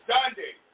Sunday